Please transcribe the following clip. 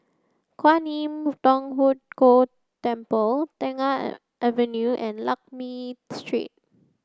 Kwan Im Thong Hood Cho Temple Tengah Avenue and Lakme Street